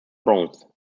bronze